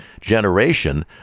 generation